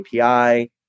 API